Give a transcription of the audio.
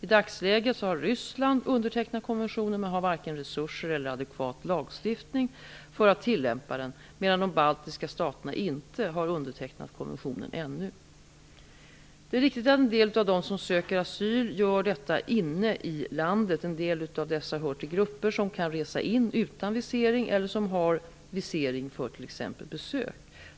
I dagsläget har Ryssland undertecknat konventionen, men man har varken resurser eller adekvat lagstiftning för att tillämpa den, medan de baltiska staterna inte har undertecknat konventionen ännu. Det är riktigt att en del av dem som söker asyl gör detta inne i landet. En del av dessa hör till grupper som kan resa in utan visering eller som har visering för t.ex. besök.